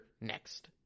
next